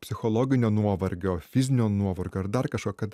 psichologinio nuovargio fizinio nuovargio ar dar kažko kad